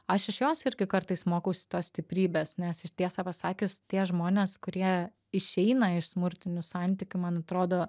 aš iš jos irgi kartais mokausi tos stiprybės nes tiesą pasakius tie žmonės kurie išeina iš smurtinių santykių man atrodo